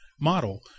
model